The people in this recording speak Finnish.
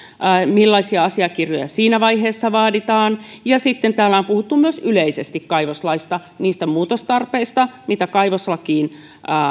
millaisia asiakirjoja siinä vaiheessa vaaditaan ja sitten täällä on puhuttu myös yleisesti kaivoslaista niistä muutostarpeista mitä kaivoslakiin